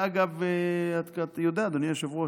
ואגב, אתה יודע, אדוני היושב-ראש,